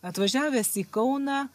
atvažiavęs į kauną